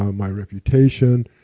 um my reputation,